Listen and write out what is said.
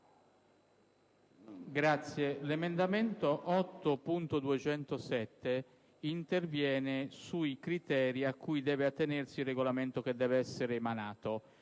Presidente, l'emendamento 8.207 interviene sui criteri a cui deve attenersi il regolamento che deve essere emanato.